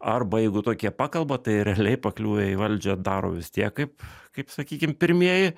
arba jeigu tokie pakalba tai realiai pakliuvę į valdžią daro vis tiek kaip kaip sakykim pirmieji